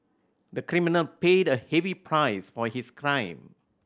the criminal paid a heavy price for his crime